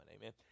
amen